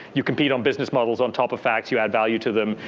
you compete on business models on top of facts. you add value to them.